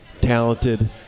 talented